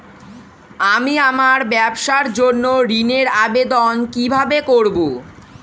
আমি আমার ব্যবসার জন্য ঋণ এর আবেদন কিভাবে করব?